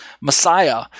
messiah